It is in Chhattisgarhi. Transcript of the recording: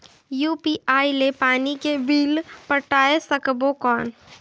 यू.पी.आई ले पानी के बिल पटाय सकबो कौन?